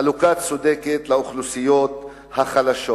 חלוקה צודקת לאוכלוסיות החלשות?